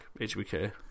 HBK